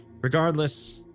Regardless